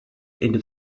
into